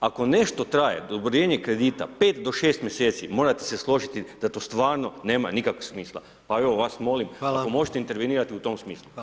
Ako nešto traje, odobrenje kredita 5 do 6 mjeseci, morate se složiti da to stvarno nema nikakvog smisla, pa evo vas molim, ako možete intervenirati u tom smislu.